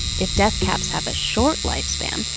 if death caps have a short lifespan,